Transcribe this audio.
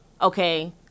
okay